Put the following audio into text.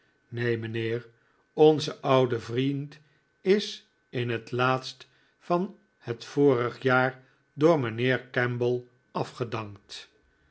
neen mijnheer onze oude vriend is in het laatst van het vorige jaar door mijnheer kemble afgedankt